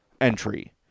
entry